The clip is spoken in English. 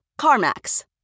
CarMax